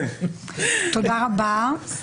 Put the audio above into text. תודה רבה.